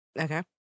Okay